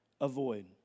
avoid